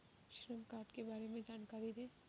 श्रम कार्ड के बारे में जानकारी दें?